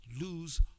lose